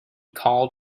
called